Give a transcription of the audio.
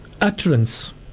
utterance